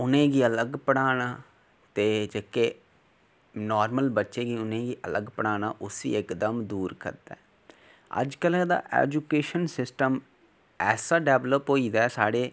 उ'नेंगी अलग पढ़ाना ते जेह्के नॉर्मल बच्चे उ'नेंगी अलग पढ़ाना उसी इकदम दूर करदा अज्जकल्लै दा एजूकेशन सिस्टम ऐसा डिवैल्प होई दा साढ़े